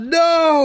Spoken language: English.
no